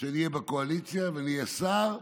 כשאני אהיה בקואליציה ואני אהיה שר,